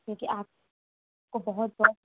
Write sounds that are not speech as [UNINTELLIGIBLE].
क्योंकि आपको बहुत [UNINTELLIGIBLE]